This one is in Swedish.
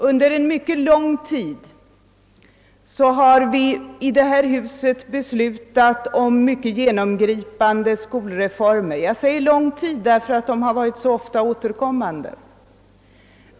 Under en mycket lång tid har vi i detta hus beslutat om genomgripande skolreformer — med lång tid menar jag då att de ofta återkommit.